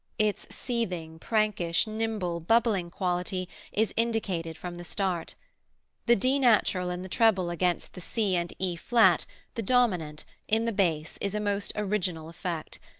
its seething, prankish, nimble, bubbling quality is indicated from the start the d natural in the treble against the c and e flat the dominant in the bass is a most original effect,